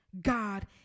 God